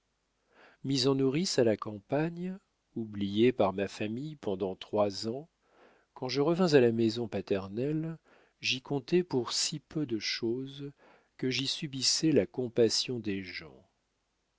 mis en nourrice à la campagne oublié par ma famille pendant trois ans quand je revins à la maison paternelle j'y comptai pour si peu de chose que j'y subissais la compassion des gens